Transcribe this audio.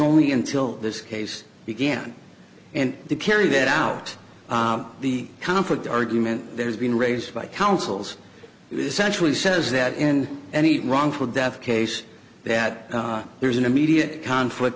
only until this case began and to carry that out the conflict argument there's been raised by councils essentially says that in any wrongful death case that there's an immediate conflict